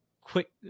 quick